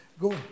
go